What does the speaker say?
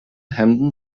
hemden